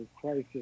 crisis